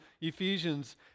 Ephesians